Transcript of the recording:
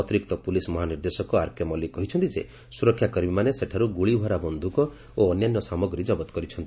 ଅତିରିକ୍ତ ପୁଲିସ୍ ମହାନିର୍ଦ୍ଦେଶ ଆର୍କେ ମଲ୍ଲିକ କହିଛନ୍ତି ଯେ ସୁରକ୍ଷାକର୍ମୀମାନେ ସେଠାରୁ ଗୁଳିଭରା ବନ୍ଧୁକ ଓ ଅନ୍ୟାନ୍ୟ ସାମଗ୍ରୀ ଜବତ କରିଛନ୍ତି